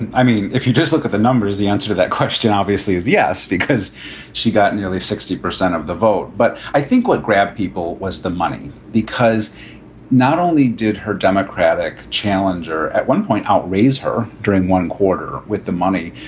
and i mean, if you just look at the numbers, the answer to that question obviously is yes, because she got nearly sixty percent of the vote. but i think what grabbed people was the money, because not only did her democratic challenger at one point outraised her during one quarter with the money,